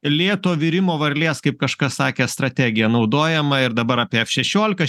lėto virimo varlės kaip kažkas sakė strategija naudojama ir dabar apie f šešiolika